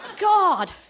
God